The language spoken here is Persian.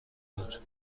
بود